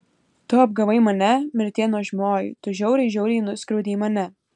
tu apgavai mane mirtie nuožmioji tu žiauriai žiauriai nuskriaudei mane